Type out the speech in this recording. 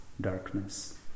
darkness